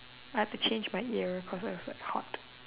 I had to change my ear cause it was like hot